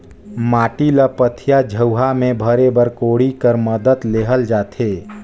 माटी ल पथिया, झउहा मे भरे बर कोड़ी कर मदेत लेहल जाथे